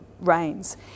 rains